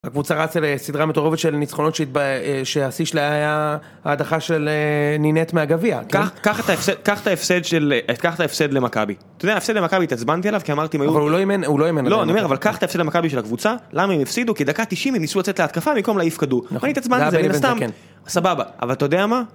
הקבוצה רצה לסדרה מטורפת של ניצחונות שהשיא שלה היה ההדחה של נינט מהגביע. קח את ההפסד למכבי, אתה יודע, ההפסד למכבי התעצבנתי עליו כי אמרתי אבל הוא לא אימן, לא, אני אומר אבל קח את ההפסד למכבי של הקבוצה למה הם הפסידו? כי דקה תשעים הם ניסו לצאת להתקפה במקום להעיף כדור. אני התעצבנתי. זה היה סתם. סבבה. אבל אתה יודע מה?